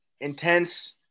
intense